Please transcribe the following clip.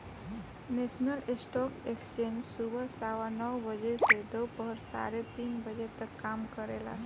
national stock exchange सुबह सवा नौ बजे से दोपहर साढ़े तीन बजे तक काम करेला